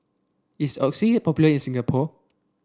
is Oxy popular in Singapore